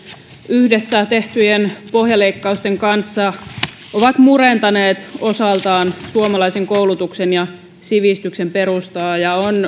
yhdessä tehtyjen pohjaleikkausten kanssa ovat murentaneet osaltaan suomalaisen koulutuksen ja sivistyksen perustaa ja